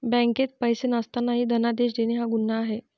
बँकेत पैसे नसतानाही धनादेश देणे हा गुन्हा आहे